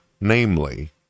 namely